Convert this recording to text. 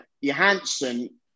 Johansson